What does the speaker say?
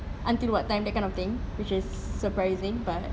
until what time that kind of thing which is surprising but